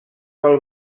pel